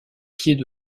pieds